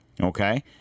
Okay